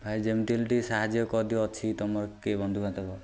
ଭାଇ ଯେମିତି ହେଲେ ଟିକେ ସାହାଯ୍ୟ କରିଦିଅ ଅଛି ତୁମର କିଏ ବନ୍ଧୁବାନ୍ଧବ